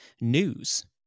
news